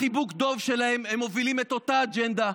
בחיבוק הדוב שלהם הם מובילים את אותה אג'נדה.